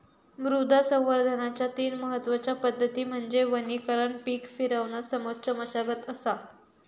मृदा संवर्धनाच्या तीन महत्वच्या पद्धती म्हणजे वनीकरण पीक फिरवणा समोच्च मशागत असा